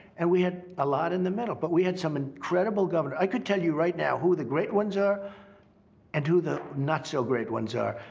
and we had a lot in the middle, but we had some incredible governor i could tell you right now who the great ones are and who the not-so-great ones are.